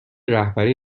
رهبری